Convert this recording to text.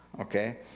okay